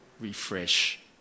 refresh